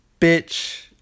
bitch